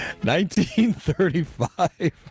1935